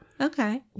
Okay